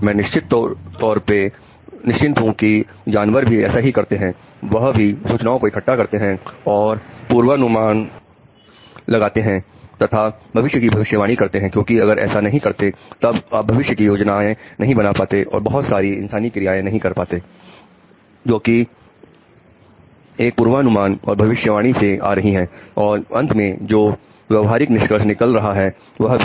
मैं निश्चिंत हूं कि जानवर भी ऐसा ही करते हैं वह भी सूचनाओं को इकट्ठा करते हैं और पूर्वानुमान लगाते हैं तथा भविष्य की भविष्यवाणी करते हैं क्योंकि अगर ऐसा नहीं करते तब आप भविष्य की योजनाएं नहीं बना पाते और बहुत सारी इंसानी क्रियाएं नहीं कर पाते जो कि इस पूर्वानुमान और भविष्यवाणी से आ रही है और अंत में जो व्यवहारिक निष्कर्ष निकल रहा है वह भी